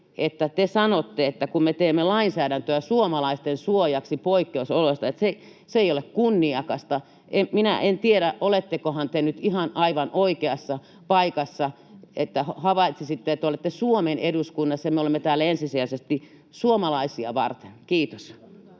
te sanotte, että kun me teemme lainsäädäntöä suomalaisten suojaksi poikkeusoloissa, se ei ole kunniakasta. Minä en tiedä, olettekohan te nyt aivan oikeassa paikassa. Havaitsisitte, että olette Suomen eduskunnassa ja me olemme täällä ensisijaisesti suomalaisia varten. — Kiitos.